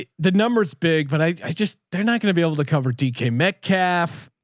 the the number's big, but i just, they're not going to be able to cover dk metcalf,